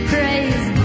Praise